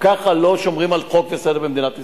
ככה לא שומרים על חוק וסדר במדינת ישראל.